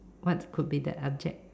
what could be the object